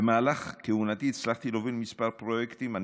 במהלך כהונתי הצלחתי להוביל כמה פרויקטים חשובים,